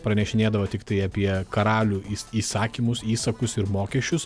pranešinėdavo tiktai apie karalių įs įsakymus įsakus ir mokesčius